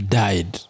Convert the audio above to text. died